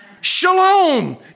Shalom